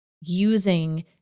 using